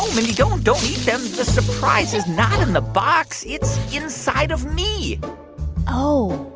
mindy. don't don't eat them. the surprise is not in the box. it's inside of me oh.